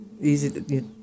easy